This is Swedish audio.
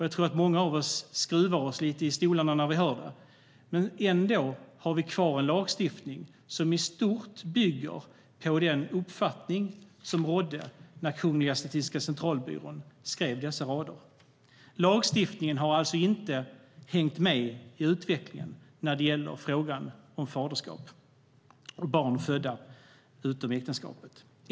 Jag tror att många av oss skruvar lite på sig när vi hör det, och ändå har vi kvar en lagstiftning som i stort bygger på den uppfattning som rådde när Kungliga Statistiska Centralbyrån skrev dessa rader. Lagstiftningen har inte hängt med i utvecklingen när det gäller frågan om faderskap och barn födda utom äktenskapet.